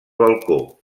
balcó